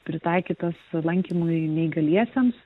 pritaikytas lankymui neįgaliesiems